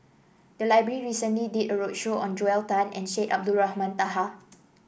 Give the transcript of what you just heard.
the library recently did a roadshow on Joel Tan and Syed Abdulrahman Taha